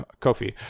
Kofi